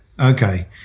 Okay